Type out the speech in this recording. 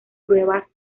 pruebas